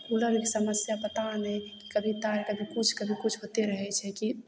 कूलरके समस्या पता नहि कभी तार कभी किछु कभी किछु होते रहय छै कि